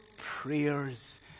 prayers